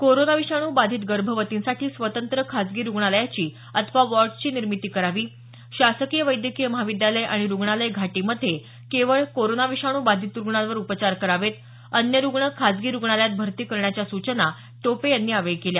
corona विषाणू बाधित गर्भवतींसाठी स्वतंत्र खाजगी रुग्णालयाची अथवा वॉर्डची निर्मिती करावी शासकीय वैद्यकीय महाविद्यालय आणि रुग्णालय घाटीमध्ये केवळ कोरोना विषाणू बाधित रुग्णांवर उपचार करावेत अन्य रुग्ण खाजगी रुग्णालयात भरती करण्याच्या सूचना टोपे यांनी यावेळी केल्या